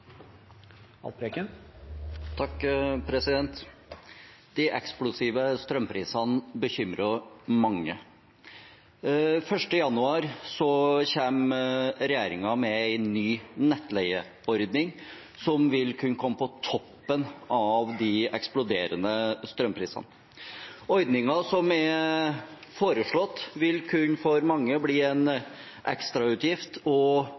De eksplosive strømprisene bekymrer mange. Den 1. januar kommer regjeringen med en ny nettleieordning som vil kunne komme på toppen av de eksploderende strømprisene. Ordningen som er foreslått, vil for mange kunne bli en ekstrautgift og